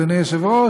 אדוני היושב-ראש,